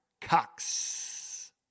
cox